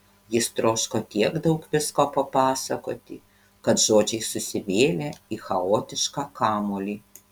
jis troško tiek daug visko papasakoti kad žodžiai susivėlė į chaotišką kamuolį